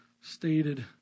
stated